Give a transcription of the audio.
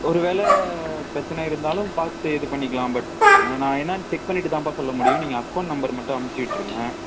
ஒரு வேலை பிரச்சனை இருந்தாலும் பார்த்து இது பண்ணிக்கலாம் பட் நான் என்னென்னு செக் பண்ணிட்டுதான்ம்பா சொல்ல முடியும் நீங்கள் அக்கௌண்ட் நம்பர் மட்டும் அமுச்சிவிட்டுருங்க